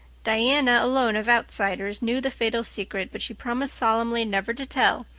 diana alone of outsiders knew the fatal secret, but she promised solemnly never to tell,